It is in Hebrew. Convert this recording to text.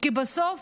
כי בסוף,